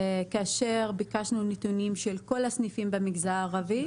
כאשר ביקשנו נתונים של כל הסניפים במגזר הערבי,